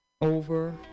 over